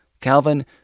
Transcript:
Calvin